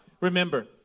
Remember